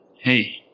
Hey